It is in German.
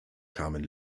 kamen